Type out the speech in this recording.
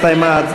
הסתיימה,